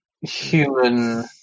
human